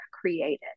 created